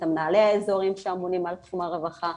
מנהלי האזורים שאמונים על תחום הרווחה.